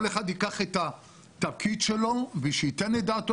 כל אחד ייקח את התפקיד שלו וייתן את דעתו